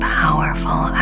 powerful